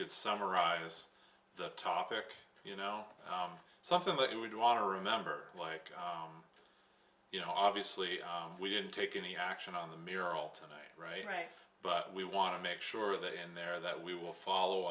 could summarize the topic you know something that you would want to remember like you know obviously we didn't take any action on the mirror all tonight right but we want to make sure that in there that we will follow